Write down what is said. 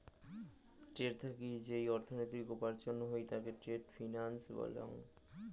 trade থাকি যেই অর্থনীতি উপার্জন হই তাকে ট্রেড ফিন্যান্স বলং